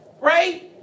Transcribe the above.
right